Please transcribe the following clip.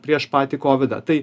prieš patį kovidą tai